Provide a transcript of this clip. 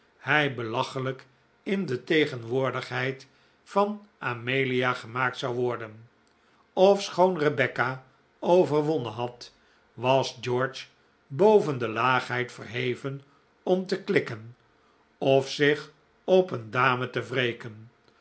hij belachelijk in de tegenwoordigheid van amelia gemaakt zou worden ofschoon rebecca overwonnen had was george boven de laagheid verheven om te klikken of zich op een dame te wreken